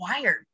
wired